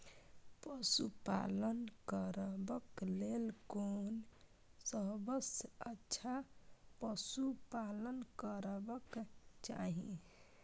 पशु पालन करबाक लेल कोन सबसँ अच्छा पशु पालन करबाक चाही?